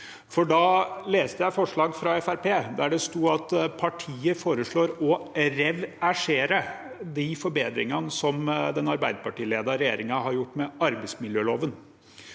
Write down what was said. for da leste jeg et forslag fra Fremskrittspartiet hvor det sto at partiet foreslår å reversere de forbedringene den Arbeiderpartiledede regjeringen har gjort med arbeidsmiljøloven.